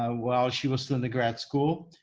ah while she was still in the grad school.